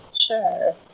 Sure